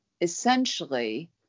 essentially